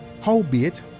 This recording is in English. howbeit